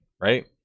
right